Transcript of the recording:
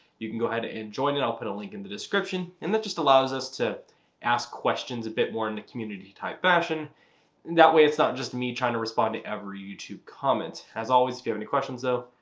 you can go ahead and join it. i'll put a link in the description and that just allows us to ask questions a bit more in the community type fashion and that way it's not just me trying to respond to every youtube comment. as always, if you have any questions though,